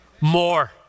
More